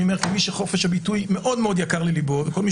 כמי שחופש הביטוי מאוד-מאוד יקר לליבו וכל מי